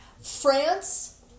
France